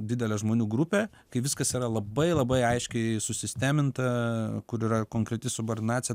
didelė žmonių grupė kai viskas yra labai labai aiškiai susisteminta kur yra konkreti subordinacija